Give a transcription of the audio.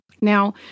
Now